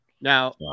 Now